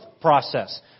process